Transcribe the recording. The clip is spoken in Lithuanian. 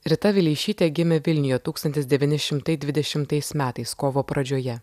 rita vileišytė gimė vilniuje tūkstantis devyni šimtai dvidešimtais metais kovo pradžioje